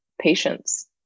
patience